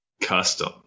Custom